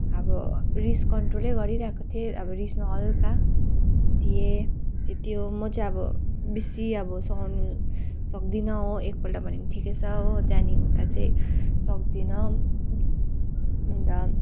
अब रिस कन्ट्रोलै गरिरहेको थिएँ अब रिसमा हलुका दिएँ त्यति हो म चाहिँ अब बेसी अब सहन सक्दिनँ एकपल्ट भने ठिकै छ हो त्यहाँदेखि उता चाहिँ सक्दिनँ अन्त